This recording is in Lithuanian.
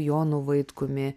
jonu vaitkumi